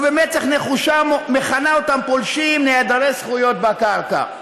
ובמצח נחושה מכנה אותם פולשים נעדרי זכויות בקרקע,